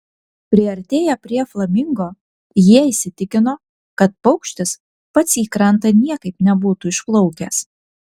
priartėję prie flamingo jie įsitikino kad paukštis pats į krantą niekaip nebūtų išplaukęs